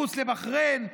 במרוץ לבחריין,